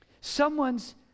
someone's